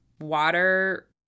water